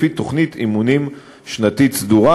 לפי תוכנית אימונים שנתית סדורה.